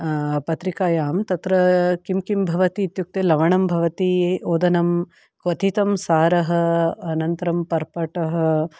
पत्रिकायां तत्र किं किं भवति इत्युक्ते लवणं भवति ओदनं क्वथितं सारः अनन्तरं पर्पटः